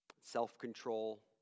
self-control